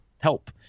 help